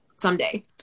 someday